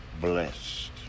blessed